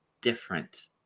different